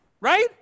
right